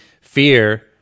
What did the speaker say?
fear